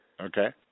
Okay